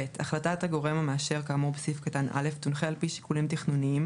(ב)החלטת הגורם המאשר כאמור בסעיף קטן (א) תונחה על פי שיקולים תכנוניים